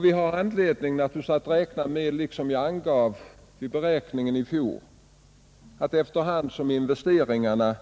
Vi har naturligtvis anledning att nu liksom fallet var i fjol räkna med att efter hand som investeringarna